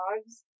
dogs